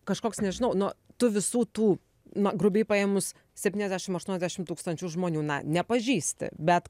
kažkoks nežinau nu tu visų tų na grubiai paėmus septyniasdešim aštuoniasdešim tūkstančių žmonių na nepažįsti bet